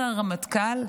אומר הרמטכ"ל,